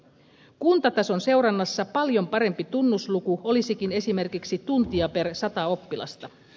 kuntatason seurannassa paljon parempi tunnusluku olisikin esimerkiksi tuntia per sata oppilasta